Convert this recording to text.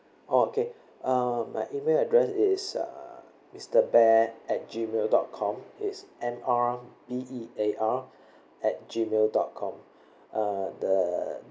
orh okay uh my email address is uh mister bear at gmail dot com it's M_R_B_E_A_R at gmail dot com uh the